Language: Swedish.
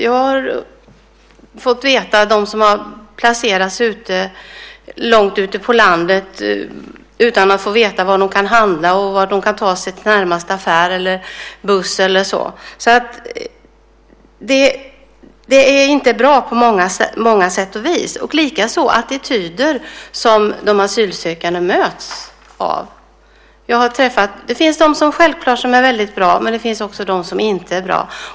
Jag har fått veta att människor har placerats långt ute på landet utan att få veta var de kan handla eller hur de kan ta sig till närmaste affär, med buss eller så. Det är inte bra på många sätt och vis. Därtill har vi de attityder som de asylsökande möts av. Det finns självklart de som är väldigt bra, men det finns också de som inte är bra.